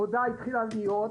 התחילה עבודה,